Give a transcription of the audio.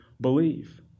believe